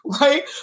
right